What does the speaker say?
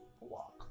walk